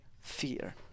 fear